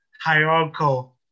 hierarchical